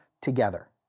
together